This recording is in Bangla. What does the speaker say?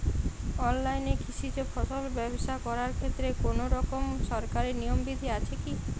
অনলাইনে কৃষিজ ফসল ব্যবসা করার ক্ষেত্রে কোনরকম সরকারি নিয়ম বিধি আছে কি?